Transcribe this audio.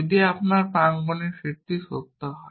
যদি আপনার প্রাঙ্গনের সেটটি সত্য হয়